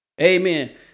Amen